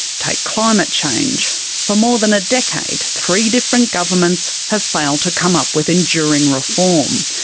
take climate change for more than a decade three different governments have failed to come up with enduring reform,